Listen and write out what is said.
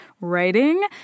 writing